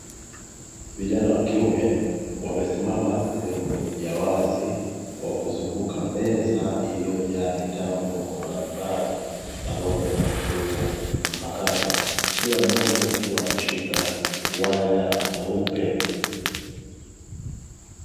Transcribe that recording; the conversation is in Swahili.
Vijana wa kiume wamesimama sehemu ya wazi, wakizunguka meza iliyojaa mitambo mbalimbali pamoja na kompyuta mpakato, kila mmoja ameshika waya wenye rangi nyeupe.